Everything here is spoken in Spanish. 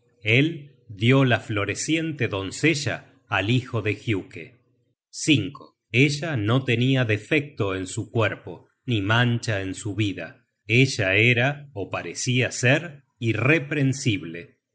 el dió la floreciente doncella al hijo de giuke ella no tenia defecto en su cuerpo ni mancha en su vida ella era ó parecia ser irreprensible